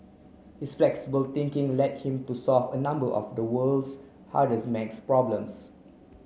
his flexible thinking led him to solve a number of the world's hardest maths problems